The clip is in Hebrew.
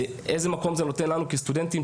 איזה מקום זה נותן לנו כסטודנטים,